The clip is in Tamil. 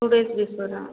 two days பிஃபோரா